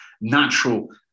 natural